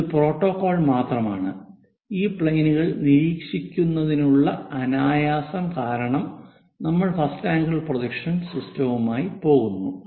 ഇത് ഒരു പ്രോട്ടോക്കോൾ മാത്രമാണ് ഈ പ്ലെയിനുകൾ നിരീക്ഷിക്കുന്നതിനുള്ള അനായാസം കാരണം നമ്മൾ ഫസ്റ്റ് ആംഗിൾ പ്രൊജക്ഷൻ സിസ്റ്റവുമായി പോകുന്നു